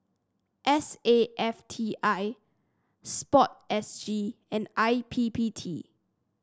S A F T I sport S G and I P P T